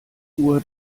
uhr